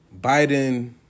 Biden